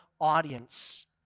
audience